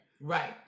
Right